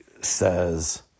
says